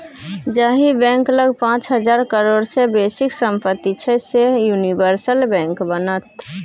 जाहि बैंक लग पाच हजार करोड़ सँ बेसीक सम्पति छै सैह यूनिवर्सल बैंक बनत